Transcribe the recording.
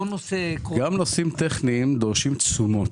גם נושאים טכניים, דורשים תשומות,